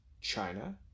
China